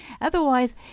otherwise